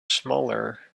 smaller